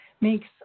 Makes